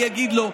אני אגיד לו,